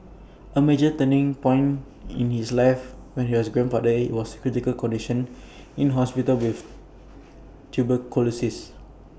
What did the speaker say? A major turning point in his life was when his grandfather was in A critical condition in hospital with tuberculosis